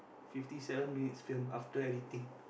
fifty seven minutes film after editing